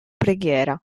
preghiera